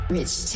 Rich